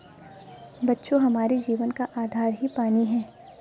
बच्चों हमारे जीवन का आधार ही पानी हैं